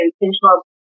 intentional